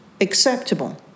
acceptable